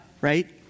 right